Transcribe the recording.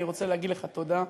אני רוצה להגיד לך תודה.